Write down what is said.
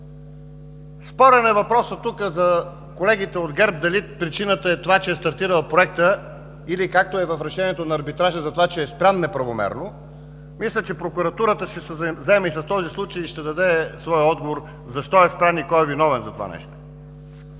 Спорен е тук въпросът на колегите от ГЕРБ дали причината е това, че е стартирал проектът, или както е в решението на Арбитража: за това, че е спрян неправомерно. Мисля, че прокуратурата ще се заеме с този случай и ще даде своя отговор – защо е спрян и кой е виновен за това нещо.